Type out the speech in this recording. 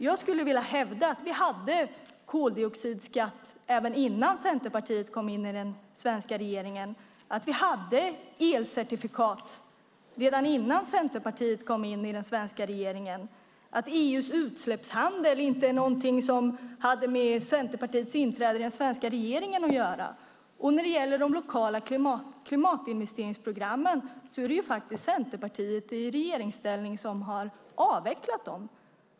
Jag skulle vilja hävda att vi hade koldioxidskatt även innan Centerpartiet kom in i den svenska regeringen. Vi hade elcertifikat redan innan Centerpartiet kom in i den svenska regeringen. EU:s utsläppshandel är inte någonting som hade med Centerpartiets inträde i den svenska regeringen att göra. När det gäller de lokala klimatinvesteringsprogrammen är det Centerpartiet i regeringsställning som har avvecklat dem.